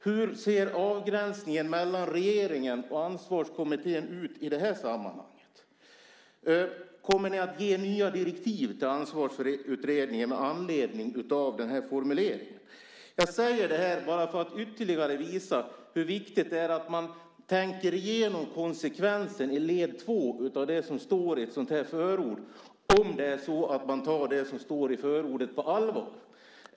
Hur ser avgränsningen mellan regeringen och Ansvarskommittén ut i det här sammanhanget? Kommer ni att ge nya direktiv till Ansvarsutredningen med anledning av den här formuleringen? Jag säger det här bara för att ytterligare visa hur viktigt det är att man tänker igenom konsekvensen i led två av det som står i ett sådant här förord om det är så att man tar det som står i förordet på allvar.